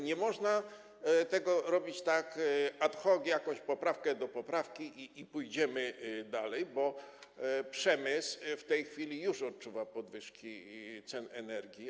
Nie można tego robić tak ad hoc, na zasadzie: jakaś poprawka do poprawki i pójdziemy dalej, bo przemysł w tej chwili już odczuwa podwyżki cen energii.